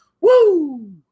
Woo